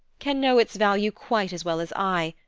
can know its value quite as well as i,